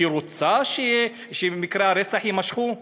היא רוצה שמקרי הרצח יימשכו?